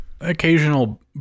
occasional